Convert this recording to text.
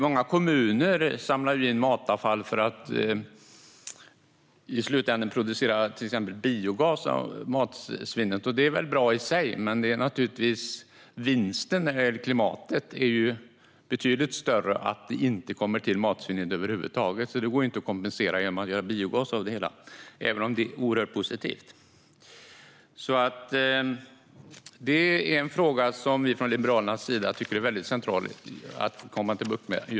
Många kommuner samlar ju in matavfall för att i slutänden producera till exempel biogas av matsvinnet. Det är väl bra i sig, men vinsten för klimatet vore betydligt större om det inte fanns något matsvinn över huvud taget. Det går alltså inte att kompensera genom att göra biogas av det, även om det är oerhört positivt. Just matsvinnet är därför en fråga som vi från Liberalernas sida tycker att det är centralt att få bukt med.